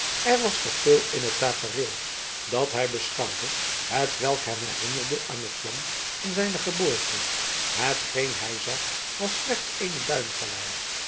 er was toch veel in het tafereel dat hij beschouwde hetwelk hem herinnerde aan het land van zijne geboorte hetgeen hij zag was slechts eene duinvallei